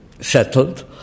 settled